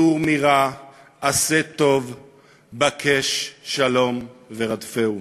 סור מרע ועשה טוב בקש שלום ורדפהו".